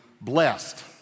blessed